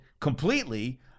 completely